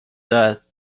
death